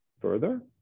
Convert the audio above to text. further